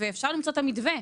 אפשר למצוא את המתווה.